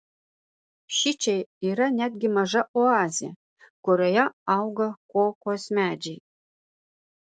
šičia yra netgi maža oazė kurioje auga kokos medžiai